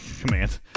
command